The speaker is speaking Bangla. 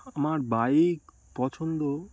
আমার বাইক পছন্দ